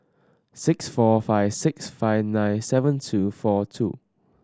six four five six five nine seven two four two